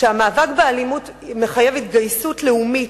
המאבק באלימות מחייב התגייסות לאומית,